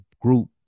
group